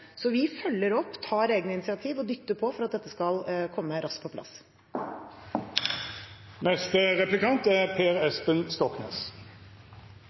Så vi følger opp, tar egne initiativ og dytter på for at dette skal komme raskt på plass.